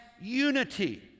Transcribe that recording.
unity